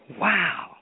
Wow